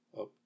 up